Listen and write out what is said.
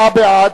24 בעד,